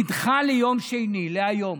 נדחה ליום שני, להיום.